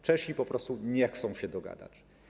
Czesi po prostu nie chcą się dogadać.